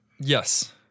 yes